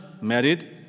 married